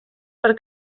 per